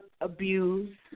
abuse